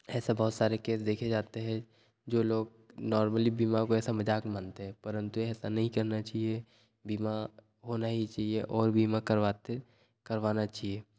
ऐसा बहुत सारे केस देखे जाते हैं जो लोग नॉर्मली बीमा को ऐसा मज़ाक मानते है परंतु ऐसा नहीं करना चाहिए बीमा होना ही चाहिए और बीमा करवाते करवाना चाहिए